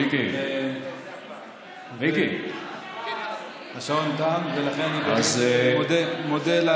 ולכן אני באמת מודה,